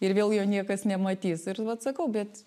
ir vėl jo niekas nematys ir vat sakau bet